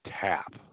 tap